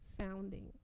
sounding